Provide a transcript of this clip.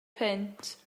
punt